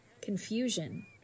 Confusion